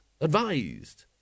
advised